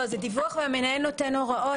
לא, זה דיווח והמנהל נותן הוראות.